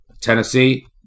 Tennessee